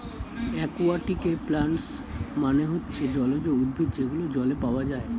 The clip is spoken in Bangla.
একুয়াটিকে প্লান্টস মানে হচ্ছে জলজ উদ্ভিদ যেগুলো জলে পাওয়া যায়